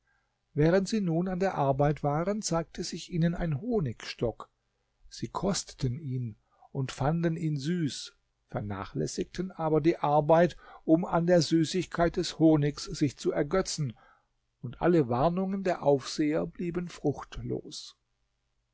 während sie nun an der arbeit waren zeigte sich ihnen ein honigstock sie kosteten ihn und fanden ihn süß vernachlässigten aber die arbeit um an der süßigkeit des honigs sich zu ergötzen und alle warnungen der aufseher blieben fruchtlos